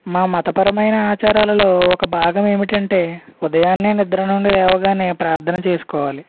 మా మతపరమైన ఆచారాలలో ఒక భాగమేమిటంటే ఉదయాన్నే నిద్ర నుండి లేవగానే ప్రార్ధన చేసుకోవాలి